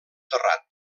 terrat